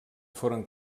foren